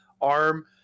arm